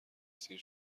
سیر